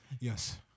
Yes